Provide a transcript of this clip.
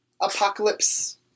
apocalypse